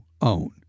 own